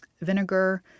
vinegar